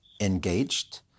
Engaged